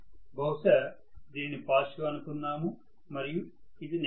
బహుశా దీనిని పాజిటివ్ అనుకుందాము మరియు ఇది నెగిటివ్